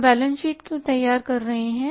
हम balance sheet क्यों तैयार कर रहे हैं